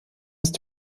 ist